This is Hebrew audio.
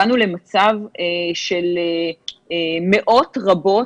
הגענו למצב של מאות רבות,